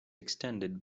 extended